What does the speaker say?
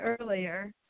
earlier